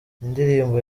indirimbo